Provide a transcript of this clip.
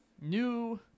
new